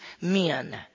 men